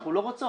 אנחנו לא רוצות.